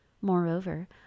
Moreover